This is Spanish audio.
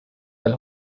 del